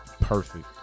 perfect